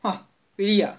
!wah! really ah